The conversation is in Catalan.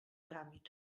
tràmit